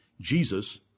Jesus